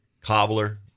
cobbler